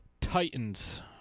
Titans